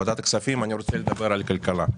את ועדת הכספים, אני רוצה לדבר על כלכלה.